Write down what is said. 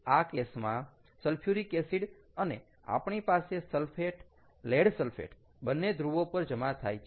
આ કેસમાં sulphuric acid અને આપણી પાસે સલ્ફેટ લેડ સલ્ફેટ બંને ધ્રુવો પર જમા થાય છે